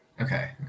Okay